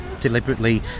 deliberately